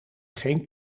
geen